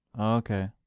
okay